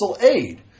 aid